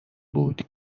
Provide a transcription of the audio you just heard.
بود